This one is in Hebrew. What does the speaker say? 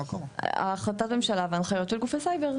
החלטת ממשלה והנחיות של גופי סייבר.